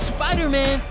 Spider-Man